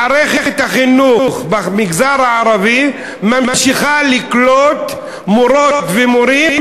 מערכת החינוך במגזר הערבי ממשיכה לקלוט מורות ומורים,